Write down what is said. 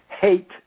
Hate